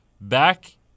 Back